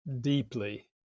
deeply